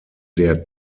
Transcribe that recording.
der